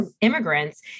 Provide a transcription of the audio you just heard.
immigrants